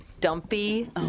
dumpy